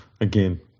Again